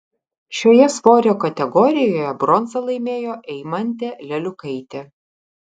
šioje svorio kategorijoje bronzą laimėjo eimantė leliukaitė